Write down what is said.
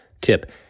tip